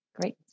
Great